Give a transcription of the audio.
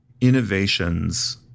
innovations